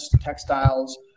textiles